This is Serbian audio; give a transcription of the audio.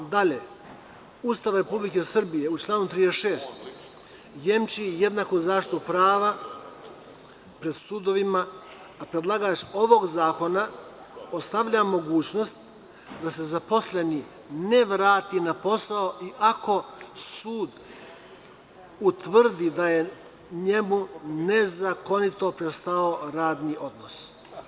Ustav Republike Srbije u članu 36. jemči jednaku zaštitu prava pred sudovima, a predlagač ovog zakona ostavlja mogućnost da se zaposleni ne vrati na posao i ako sud utvrdi da je njemu nezakonito prestao radni odnos.